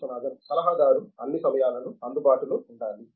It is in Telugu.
విశ్వనాథన్ సలహాదారు అన్ని సమయాలలో అందుబాటులో ఉండాలి